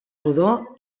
rodó